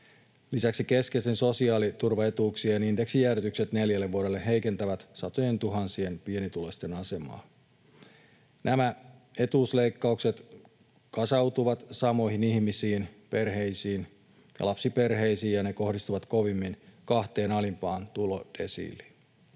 Lisäksi keskeisten sosiaaliturvaetuuksien indeksijäädytykset neljälle vuodelle heikentävät satojentuhansien pienituloisten asemaa. Nämä etuusleikkaukset kasautuvat samoille ihmisille, perheille ja lapsiperheille, ja ne kohdistuvat kovimmin kahteen alimpaan tulodesiiliin.